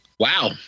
Wow